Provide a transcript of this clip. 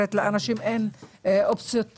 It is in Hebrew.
אחרת לאנשים אין אופציות אחרות.